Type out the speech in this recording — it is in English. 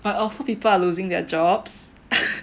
but also people are losing their jobs